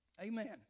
Amen